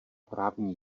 právní